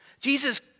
Jesus